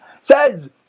Says